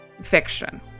fiction